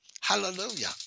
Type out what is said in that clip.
Hallelujah